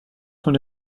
sont